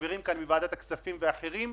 חברים כאן מוועדת הכספים ואחרים.